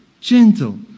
gentle